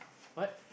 what